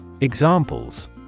Examples